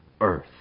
earth